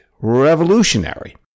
revolutionary